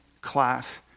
class